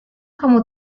kamu